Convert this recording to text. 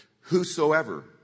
whosoever